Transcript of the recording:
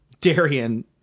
Darian